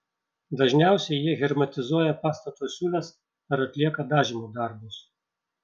dažniausiai jie hermetizuoja pastato siūles ar atlieka dažymo darbus